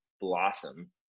blossom